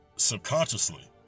Subconsciously